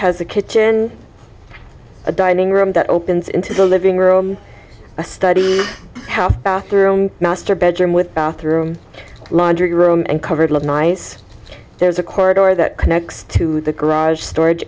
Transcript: a kitchen a dining room that opens into the living room a study house bathroom master bedroom with bathroom laundry room and covered look nice there's a corridor that connects to the garage storage